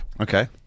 Okay